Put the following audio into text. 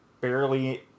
barely